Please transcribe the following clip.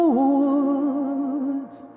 woods